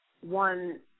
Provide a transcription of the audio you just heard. one